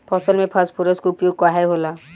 फसल में फास्फोरस के उपयोग काहे होला?